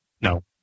No